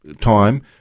time